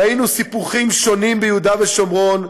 ראינו סיפוחים שונים ביהודה ושומרון,